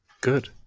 good